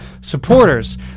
supporters